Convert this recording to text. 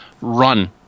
run